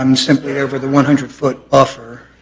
um simply over the one hundred foot buffer,